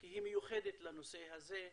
כי היא מיוחדת לנושא הזה.